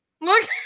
Look